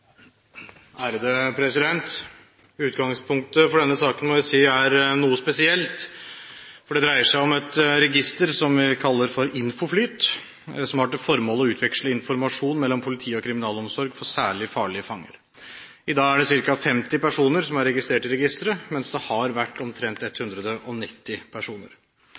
nr. 2. Utgangspunktet for denne saken må jeg si er noe spesielt, for det dreier seg om et register som vi kaller INFOFLYT, som har som formål å utveksle informasjon mellom politiet og kriminalomsorgen om særlig farlige fanger. I dag er det ca. 50 personer som er registrert i registeret, mens det har vært omtrent 190 personer.